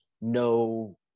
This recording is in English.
no